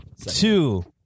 Two